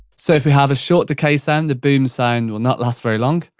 so, if you have a short decay sound, the boom sound will not last very long.